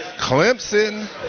Clemson